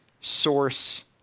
source